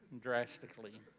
drastically